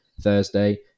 Thursday